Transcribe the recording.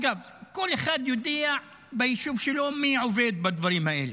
אגב, כל אחד יודע ביישוב שלו מי עובד בדברים האלה,